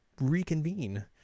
reconvene